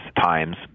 times